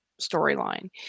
storyline